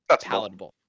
palatable